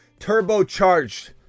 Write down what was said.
turbocharged